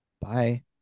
Bye